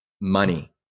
money